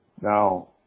Now